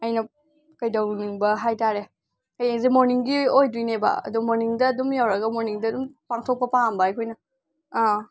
ꯑꯩꯅ ꯀꯩꯗꯧꯅꯤꯡꯕ ꯍꯥꯏꯕ ꯇꯥꯔꯦ ꯍꯌꯦꯡꯁꯦ ꯃꯣꯔꯅꯤꯡꯒꯤ ꯑꯣꯏꯗꯣꯏꯅꯦꯕ ꯑꯗꯣ ꯃꯣꯔꯅꯤꯡꯗ ꯑꯗꯨꯝ ꯌꯧꯔꯒ ꯃꯣꯔꯅꯤꯡꯗ ꯑꯗꯨꯝ ꯄꯥꯡꯊꯣꯛꯄ ꯄꯥꯝꯕ ꯑꯩꯈꯣꯏꯅ ꯑꯥ